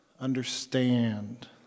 understand